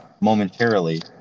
momentarily